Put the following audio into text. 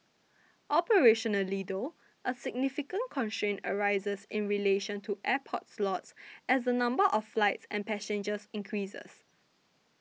operationally though a significant constraint arises in relation to airport slots as the number of flights and passengers increases